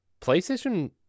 PlayStation